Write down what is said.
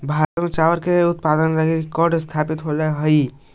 भारत में चावल के उत्पादन का रिकॉर्ड स्थापित होइल हई